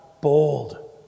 Bold